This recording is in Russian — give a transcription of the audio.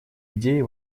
идеи